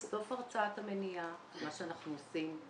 בסוף הרצאת המניעה מה שאנחנו עושים,